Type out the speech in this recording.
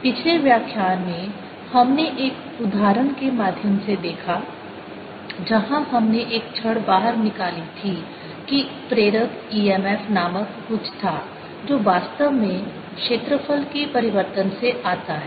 पिछले व्याख्यान में हमने एक उदाहरण के माध्यम से देखा जहां हमने एक छड़ बाहर निकाली थी कि प्रेरक EMF नामक कुछ था जो वास्तव में क्षेत्रफल के परिवर्तन से आता है